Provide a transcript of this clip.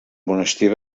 monestir